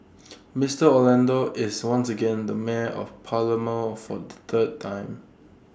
Mister Orlando is once again the mayor of Palermo for the third time